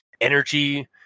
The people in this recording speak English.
energy